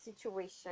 situation